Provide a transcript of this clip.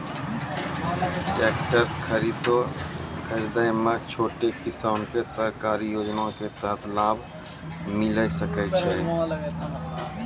Tractor खरीदै मे छोटो किसान के सरकारी योजना के तहत लाभ मिलै सकै छै?